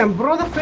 um brother